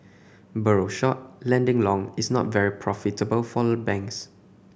borrow short lending long is not very profitable for a banks